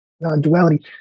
non-duality